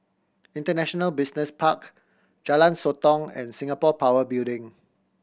International Business Park Jalan Sotong and Singapore Power Building